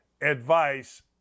advice